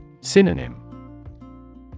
Synonym